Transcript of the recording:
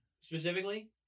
Specifically